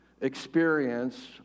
experience